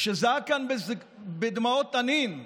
וזעק כאן בדמעות תנין: